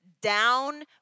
down